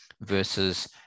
versus